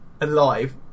alive